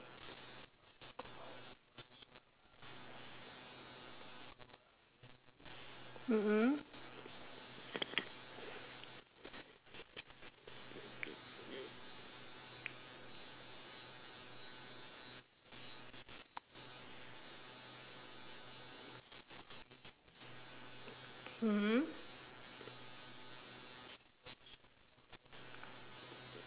mm mm mmhmm